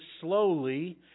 slowly